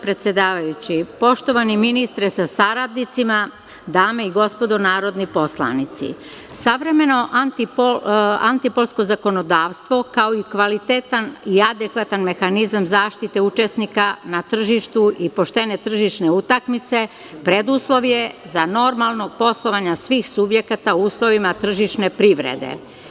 Poštovani ministre sa saradnicima, dame i gospodo narodni poslanici, savremeno antimonopolsko zakonodavstvo, kao i kvalitetan i adekvatan mehanizam zaštite učesnika na tržištu i poštene tržišne utakmice, preduslov je normalnog poslovanja svih subjekata u uslovima tržišne privrede.